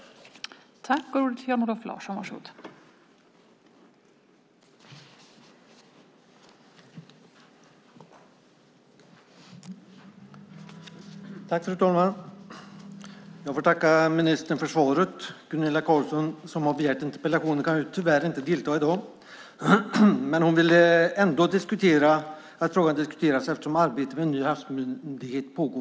Då Gunilla Carlsson i Hisings Backa, som framställt interpellationen, anmält att hon var förhindrad att närvara vid sammanträdet medgav tredje vice talmannen att Jan-Olof Larsson i stället fick delta i överläggningen.